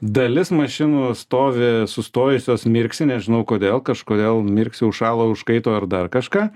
dalis mašinų stovi sustojusios mirksi nežinau kodėl kažkodėl mirksi užšalo užkaito ar dar kažką